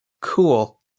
cool